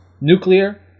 Nuclear